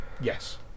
yes